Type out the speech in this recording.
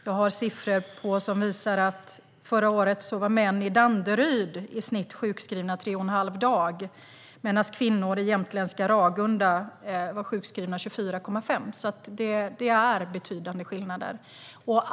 Jag har siffror som visar att förra året var män i Danderyd sjukskrivna i genomsnitt 3 1⁄2 dag, medan kvinnor i jämtländska Ragunda var sjukskrivna 24 1⁄2 dag. Det finns alltså betydande skillnader.